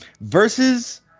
Versus